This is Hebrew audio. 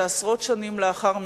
שעשרות שנים לאחר מכן,